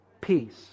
Peace